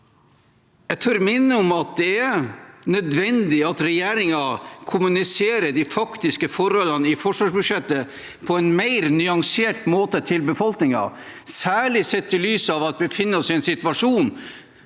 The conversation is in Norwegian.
Jeg tør minne om at det er nødvendig at regjeringen kommuniserer de faktiske forholdene i forsvarsbudsjettet på en mer nyan sert måte til befolkningen, særlig sett i lys av at vi befinner oss i en situasjon